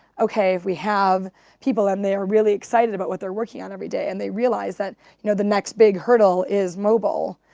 ok, if we have people and they are really excited about what they're working on every day and they realize that you know the next big hurdle is mobile,